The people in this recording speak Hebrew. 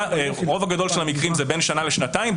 הרוב הגדול של המקרים זה בין שנה לשנתיים,